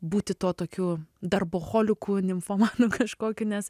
būti tuo tokiu darboholiku nimfomanu kažkokiu nes